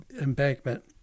embankment